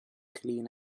clean